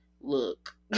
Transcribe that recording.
Look